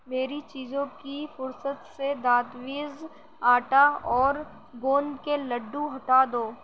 میری چیزوں کی فرصت سے دادویز آٹا اور گوند کے لڈّو ہٹا دو